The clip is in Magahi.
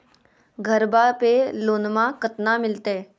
घरबा पे लोनमा कतना मिलते?